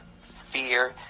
fear